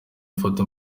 afata